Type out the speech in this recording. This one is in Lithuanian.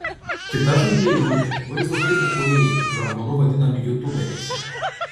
kita žaidėjų grupė vaizdo klipų kūrėjai žargonu vadinami jutuberiais